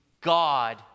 God